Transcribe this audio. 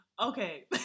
Okay